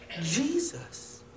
Jesus